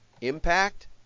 impact